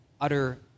utter